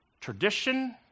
tradition